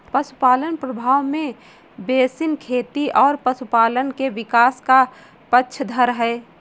पशुपालन प्रभाव में बेसिन खेती और पशुपालन के विकास का पक्षधर है